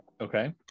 Okay